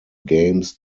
games